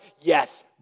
yes